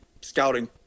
scouting